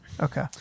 Okay